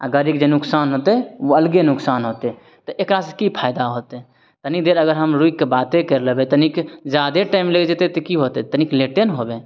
आ गाड़ीके जे नुकसान होतै ओ अलगे नुकसान होतै तऽ एकरा से की फायदा होतै तनी देर अगर हम रूकिके बाते करि लेबै तनी जादे टाइम लागि जेतै तऽ की होतै तनिक लेटे ने होबै